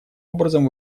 образом